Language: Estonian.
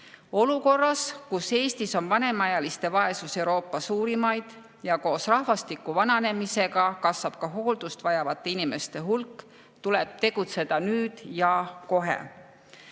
Olukorras, kus Eestis on vanemaealiste vaesus Euroopa suurimaid ja koos rahvastiku vananemisega kasvab ka hooldust vajavate inimeste hulk, tuleb tegutseda nüüd ja kohe.